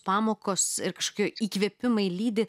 pamokos ir kažkokie įkvėpimai lydi